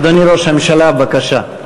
אדוני ראש הממשלה, בבקשה.